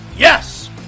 Yes